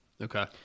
Okay